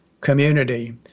community